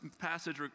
passage